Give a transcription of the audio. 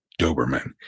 Doberman